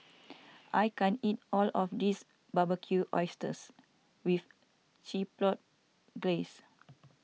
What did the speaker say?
I can't eat all of this Barbecued Oysters with Chipotle Glaze